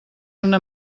una